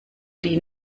die